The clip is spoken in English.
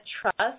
trust